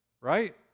right